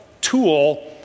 tool